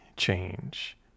change